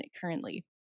currently